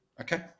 okay